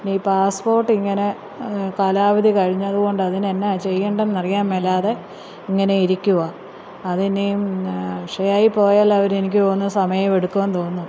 ഇനി പാസ്പോർട്ട് ഇങ്ങനെ കാലാവധി കഴിഞ്ഞതുകൊണ്ട് അതിനെന്നാ ചെയ്യണ്ടതെന്നറിയാൻ മേലാതെ ഇങ്ങനെ ഇരിക്കുവാ അത് ഇനിയും അക്ഷയയിൽ പോയാലവരെനിക്ക് തോന്നുന്നു സമയമെടുക്കുമെന്ന് തോന്നുന്നു